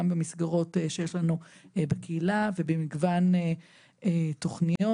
גם במסגרות שיש לנו בקהילה ובמגוון תוכניות,